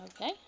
Okay